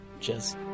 cheers